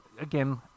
again